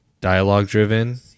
dialogue-driven